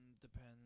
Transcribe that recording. Depends